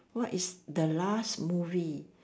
what is the last movie